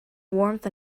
warmth